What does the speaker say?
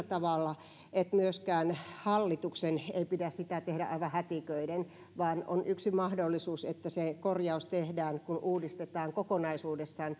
tavalla että myöskään hallituksen ei pidä sitä tehdä aivan hätiköiden vaan on yksi mahdollisuus että se korjaus tehdään kun uudistetaan kokonaisuudessaan